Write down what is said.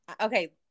okay